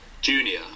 junior